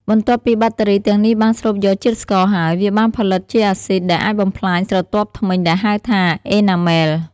បន្ទាប់ពីបាក់តេរីទាំងនេះបានស្រូបយកជាតិស្ករហើយ វាបានផលិតជាអាស៊ីតដែលអាចបំផ្លាញស្រទាប់ធ្មេញដែលហៅថា អេណាមែល (Enamel)។